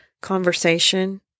conversation